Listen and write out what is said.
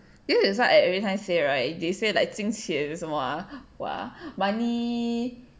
you know that's why I everytime say right they say like 惊奇什么 ah what ah money